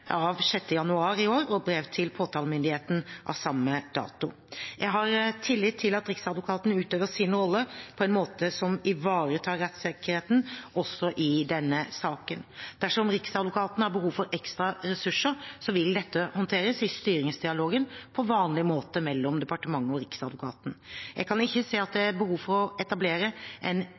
av 6. januar i år og i brev til påtalemyndigheten av samme dato. Jeg har tillit til at Riksadvokaten utøver sin rolle på en måte som ivaretar rettssikkerheten også i denne saken. Dersom Riksadvokaten har behov for ekstra ressurser, vil dette håndteres på vanlig måte i styringsdialogen mellom departementet og Riksadvokaten. Jeg kan ikke se at det er behov for å etablere en